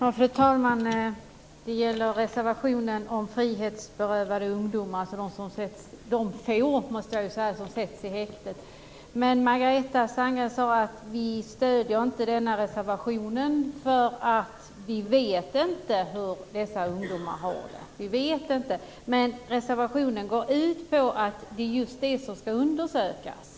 Fru talman! Det gäller reservationen om frihetsberövade ungdomar, dvs. de få som sätts i häkte. Margareta Sandgren sade att man inte stöder denna reservation eftersom man inte vet hur dessa ungdomar har det. Men reservationen går ut på att just det ska undersökas.